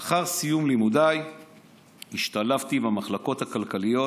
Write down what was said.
לאחר סיום לימודיי השתלבתי במחלקות הכלכליות